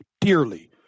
dearly